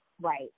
right